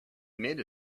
made